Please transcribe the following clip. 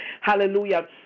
hallelujah